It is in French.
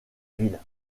ville